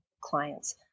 clients